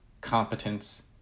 competence